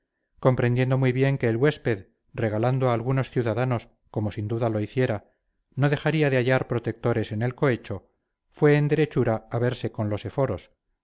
comprendiendo muy bien que el huésped regalando a algunos ciudadanos como sin duda lo hiciera no dejaría de hallar protectores en el cohecho fue en derechura a verse con los eforos